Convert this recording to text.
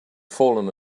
fallen